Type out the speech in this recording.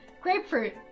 Grapefruit